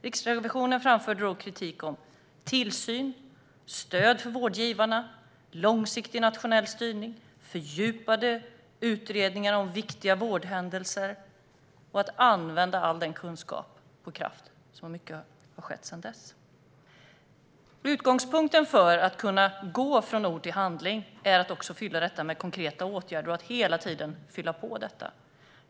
Riksrevisionen framförde då kritik om tillsyn, stöd för vårdgivarna, långsiktig nationell styrning, fördjupade utredningar av viktiga vårdhändelser och att använda all kunskap och kraft. Hur mycket har skett sedan dess? Utgångspunkten för att kunna gå från ord till handling är att fylla detta med konkreta åtgärder och hela tiden fylla på.